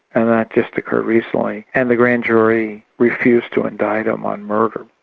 and that just occurred recently, and the grand jury refused to indict him on murder.